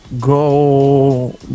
go